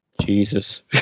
Jesus